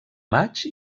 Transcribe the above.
maig